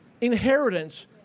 inheritance